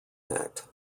act